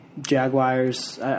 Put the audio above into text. Jaguars